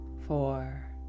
four